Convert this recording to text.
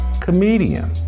comedian